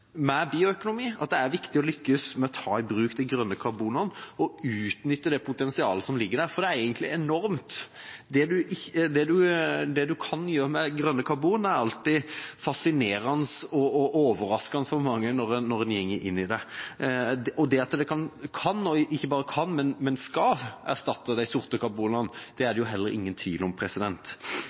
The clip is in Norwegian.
med bioøkonomien, og at det er viktig å lykkes med å ta i bruk de grønne karbonene og utnytte det potensialet som ligger der, for det er egentlig enormt. Det en kan gjøre med grønne karboner, er alltid fascinerende og overraskende for mange når en går inn i det, og at det skal erstatte de sorte karbonene, er det ingen tvil om. Kristelig Folkeparti støtter, i likhet med representanten Omland, forslaget som handler om en helhetlig gjennomgang av de